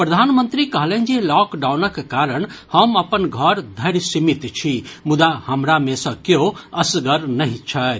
प्रधानमंत्री कहलनि जे लॉकडाउनक कारण हम अपन घर धरि सीमित छी मुदा हमरा मे सँ केओ असगर नहि छथि